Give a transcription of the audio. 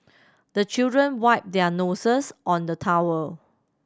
the children wipe their noses on the towel